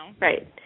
right